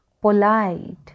polite